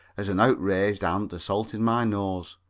as an outraged ant assaulted my nose.